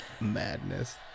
Madness